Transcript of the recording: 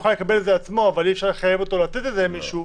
לקבל את זה לעצמו אבל אי אפשר לחייב אותו לתת את זה למישהו.